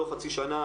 לא חצי שנה,